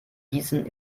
gießen